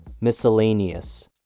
miscellaneous